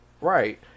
right